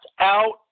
out